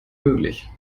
möglich